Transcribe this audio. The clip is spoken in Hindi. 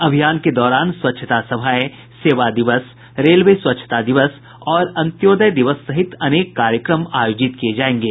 अभियान के दौरान स्वच्छता सभाएं सेवा दिवस रेलवे स्वच्छता दिवस और अन्त्योदय दिवस सहित अनेक कार्यक्रम आयोजित किए जायेंगे